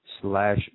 slash